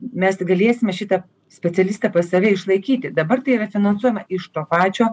mes galėsime šitą specialistą pas save išlaikyti dabar tai yra finansuojama iš to pačio